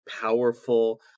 powerful